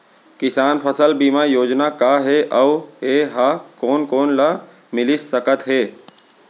किसान फसल बीमा योजना का हे अऊ ए हा कोन कोन ला मिलिस सकत हे?